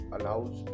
allows